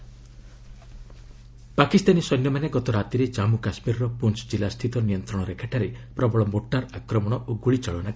JK ceasefire ପାକିସ୍ତାନୀ ସୈନ୍ୟମାନେ ଗତରାତିରେ ଜନ୍ମୁ କାଶ୍ମୀରର ପୁଞ୍ ଜିଲ୍ଲାସ୍ଥିତ ନିୟନ୍ତ୍ରଣ ରେଖାଠାରେ ପ୍ରବଳ ମୋର୍ଟାର ଆକ୍ରମଣ ଓ ଗୁଳିଚାଳନା କରିଛନ୍ତି